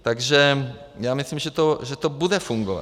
Takže já myslím, že to bude fungovat.